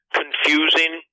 confusing